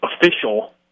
official